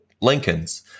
Lincoln's